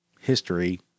history